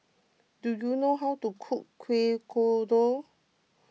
do you know how to cook Kuih Kodok